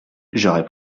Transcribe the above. j’aurais